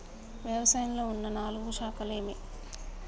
వ్యవసాయంలో ఉన్న నాలుగు శాఖలు ఏవి?